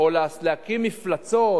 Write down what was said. או להקים מפלצות,